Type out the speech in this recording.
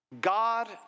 God